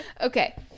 Okay